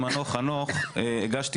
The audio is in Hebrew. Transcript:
חנוך, אני בזמנו הגשתי